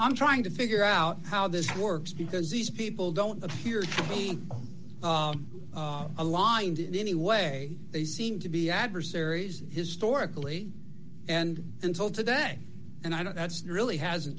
i'm trying to figure out how this works because these people don't appear to be aligned in any way they seem to be adversaries historically and until today and i know that's really hasn't